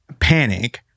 panic